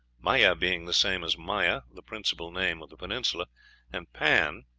maia being the same as maya, the principal name of the peninsula and pan,